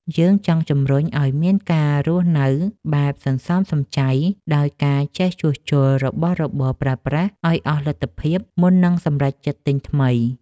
យើងចង់ជម្រុញឱ្យមានការរស់នៅបែបសន្សំសំចៃ ដោយការចេះជួសជុលរបស់របរប្រើប្រាស់ឱ្យអស់លទ្ធភាពមុននឹងសម្រេចចិត្តទិញថ្មី។